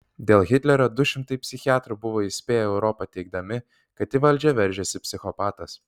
dėl hitlerio du šimtai psichiatrų buvo įspėję europą teigdami kad į valdžią veržiasi psichopatas